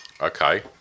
Okay